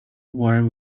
water